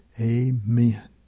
Amen